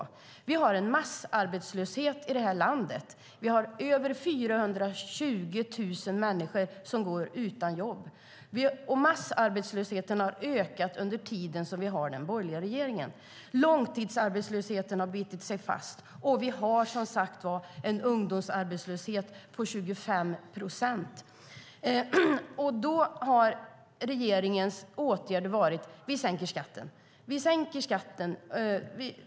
Vi har en massarbetslöshet i det här landet. Vi har över 420 000 människor som går utan jobb. Massarbetslösheten har ökat under tiden som vi har haft den borgerliga regeringen. Långtidsarbetslösheten har bitit sig fast. Vi har en ungdomsarbetslöshet på 25 procent. Regeringens åtgärd har varit: Vi sänker skatten.